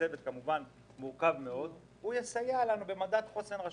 הוא גם יסייע לנו במדד חוסן רשותי.